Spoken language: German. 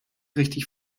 richtig